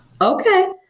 okay